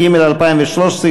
היושב-ראש,